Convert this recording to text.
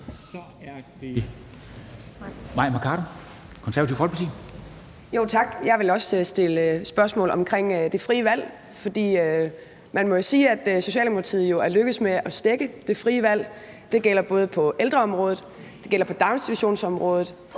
Kl. 10:29 Mai Mercado (KF) : Tak. Jeg vil også stille spørgsmål omkring det frie valg, for man må jo sige, at Socialdemokratiet jo er lykkedes med at stække det frie valg – det gælder på ældreområdet, det gælder på daginstitutionsområdet,